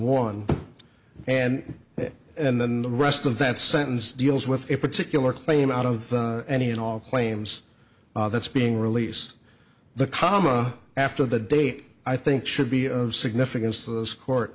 one and and then the rest of that sentence deals with a particular claim out of any and all claims that's being released the comma after the date i think should be of significance of this court